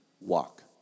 Walk